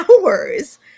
hours